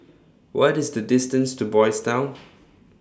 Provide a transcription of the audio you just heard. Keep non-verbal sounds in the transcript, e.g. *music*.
What IS The distance to Boys' Town *noise*